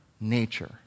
nature